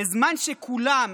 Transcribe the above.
בזמן שכולם